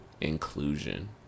inclusion